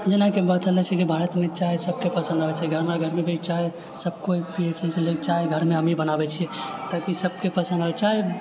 जेनाकि बतैले छी की भारतमे चाय सबके पसन्द आबैत छै हमरा घरमे भी चाय सब केओ पियैत छै किआकि चाय घरमे हमही बनाबैत छियै तऽकी सबके पसन्द आबैत छै चाय